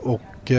Och